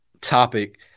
topic